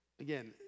again